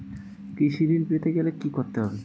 কৃষি ঋণ পেতে গেলে কি করতে হবে?